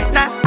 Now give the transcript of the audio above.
Now